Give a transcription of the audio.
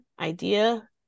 idea